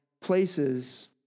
places